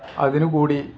അതിനുകൂടി